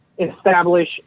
establish